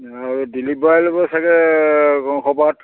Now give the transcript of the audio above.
অঁ দিলীপ বৰাই ল'ব চাগে কংশ পাৰ্ট